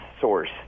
source